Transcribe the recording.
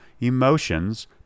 emotions